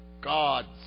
God's